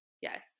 Yes